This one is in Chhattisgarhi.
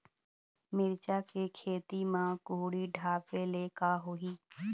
मिरचा के खेती म कुहड़ी ढापे ले का होही?